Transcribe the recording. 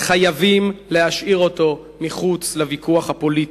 חייבים להשאיר אותו מחוץ לוויכוח הפוליטי.